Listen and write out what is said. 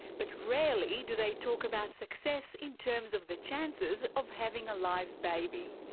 but rarely do they talk about success in terms of the chances of having a live baby.